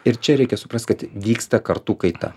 ir čia reikia suprast kad vyksta kartų kaita